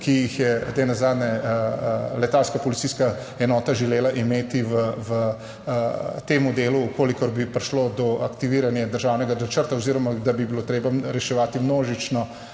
ki jih je nenazadnje letalska policijska enota želela imeti v tem delu, v kolikor bi prišlo do aktiviranja državnega načrta oziroma da bi bilo treba reševati množično,